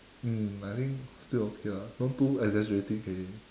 mm I think still okay lah don't too exaggerating can already